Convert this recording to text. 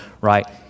right